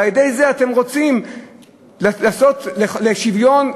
ועל-ידי זה אתם רוצים לעשות שוויון,